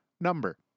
number